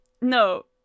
no